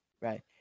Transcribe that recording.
Right